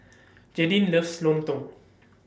Jaydin loves Lontong